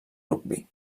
rugbi